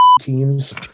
teams